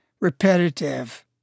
repetitive